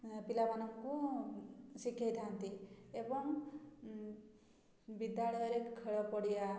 ପିଲାମାନଙ୍କୁ ଶିଖେଇଥାନ୍ତି ଏବଂ ବିଦ୍ୟାଳୟରେ ଖେଳ ପଡ଼ିଆ